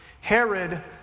Herod